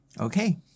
Okay